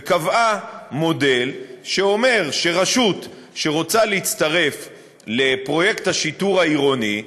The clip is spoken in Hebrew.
וקבעה מודל שאומר: רשות שרוצה להצטרף לפרויקט השיטור העירוני,